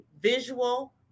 visual